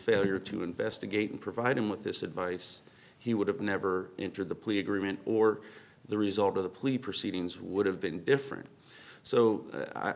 failure to investigate and provide him with this advice he would have never entered the plea agreement or the result of the police proceedings would have been different so